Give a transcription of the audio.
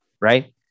right